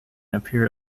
appeared